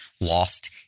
lost